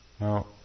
Now